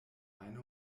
eine